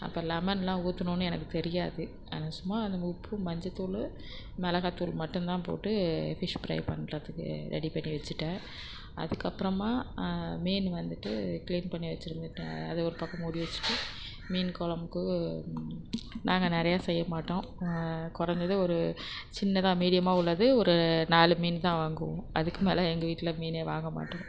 அப்போ லெமன்லாம் ஊற்றணுன்னு எனக்கு தெரியாது நான் சும்மா நம்ம உப்பு மஞ்சத்தூள் மிளகாத்தூள் மட்டும் தான் போட்டு ஃபிஷ் ஃப்ரை பண்ணுறதுக்கு ரெடி பண்ணி வச்சிட்டேன் அதற்கப்பறமா மீன் வந்துவிட்டு க்ளீன் பண்ணி வச்சிருந்துட்ட அது ஒரு பக்கம் மூடி வச்சிட்டு மீன் குலம்புக்கு நாங்கள் நிறையா செய்ய மாட்டோம் குறஞ்சது ஒரு சின்னதாக மீடியமாக உள்ளது ஒரு நாலு மீன் தான் வாங்குவோம் அதுக்கு மேலே எங்கள் வீட்டில மீனே வாங்கமாட்டோம்